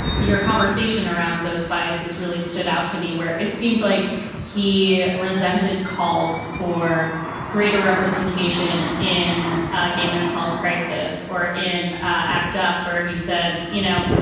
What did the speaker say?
your conversation around those biases really stood out to me where it seemed like he resented calls. for greater representation in gay men's health crisis or in act up where he said, you know,